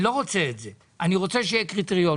אני לא רוצה את זה; אני רוצה שיהיה קריטריון.